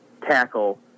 tackle